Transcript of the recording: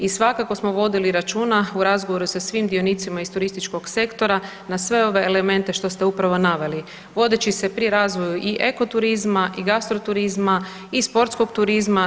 I svakako smo vodili računa u razgovoru sa svim dionicima iz turističkog sektora na sve ove elemente što ste upravo naveli vodeći se pri razvoju i ekoturizma i gastro turizma i sportskog turizma.